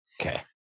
Okay